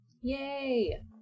Yay